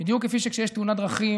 שמן הראוי